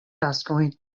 taskojn